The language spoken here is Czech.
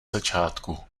začátku